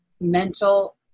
mental